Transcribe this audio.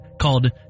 called